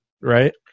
right